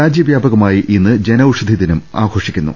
രാജ്യവ്യാപകമായി ഇന്ന് ജനൌഷധിദിനം ആഘോഷിക്കുന്നു